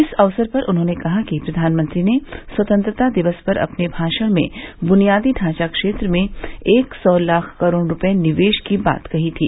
इस अवसर पर उन्होंने कहा कि प्रवानमंत्री ने स्वतंत्रता दिवस पर अपने भाषण में बुनियादी ढांचा क्षेत्र में एक सौ लाख करोड़ रुपये निवेश की बात कही थी